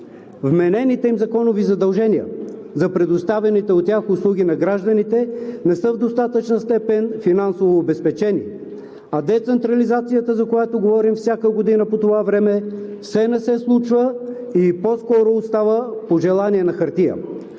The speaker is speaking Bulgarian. Вменените им законови задължения за предоставяните от тях услуги на гражданите не са в достатъчна степен финансово обезпечени, а децентрализацията, за която говорим всяка година по това време, все не се случва и остава като пожелание на хартия.